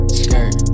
skirt